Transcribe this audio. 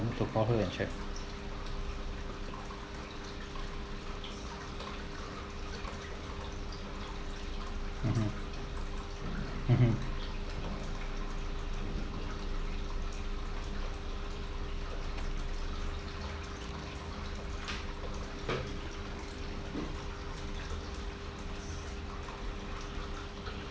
I need to call her and check mmhmm mmhmm